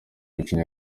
gucinya